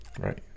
Right